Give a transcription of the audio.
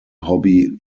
hobby